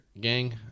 Gang